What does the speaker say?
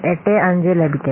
85 ലഭിക്കും